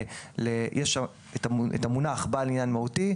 יש שם את המונח "בעל עניין מהותי",